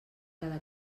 cada